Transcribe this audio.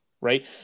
right